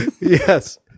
Yes